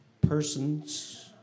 person's